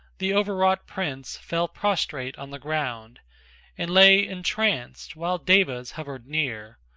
the o'erwrought prince fell prostrate on the ground and lay entranced, while devas hovered near,